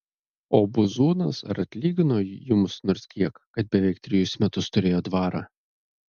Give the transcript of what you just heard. o buzūnas ar atlygino jums nors kiek kad beveik trejus metus turėjo dvarą